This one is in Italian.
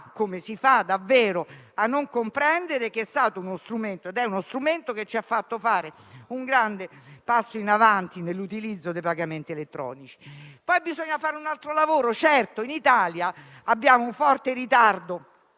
Come si fa davvero a non comprendere che è stato ed è uno strumento che ci ha fatto fare un grande passo in avanti nell'utilizzo dei pagamenti elettronici? Bisogna fare anche un altro lavoro, certo. Se infatti in Italia abbiamo un forte ritardo